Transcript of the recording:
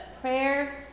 prayer